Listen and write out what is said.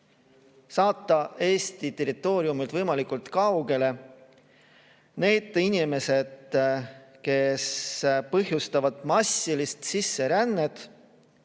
saata Eesti territooriumilt võimalikult kaugele need inimesed, kes põhjustavad massilist sisserännet,